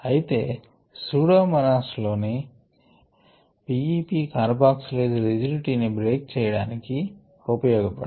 అయితే సూడోమోనాస్ లోని P E P carboxylase rigidity ని బ్రేక్ చేయడానికి ఉపయోగ పడును